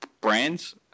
brands